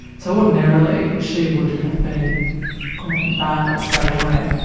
so ordinarily, she would have been granted bail straight away.